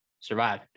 survive